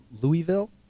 Louisville